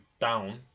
down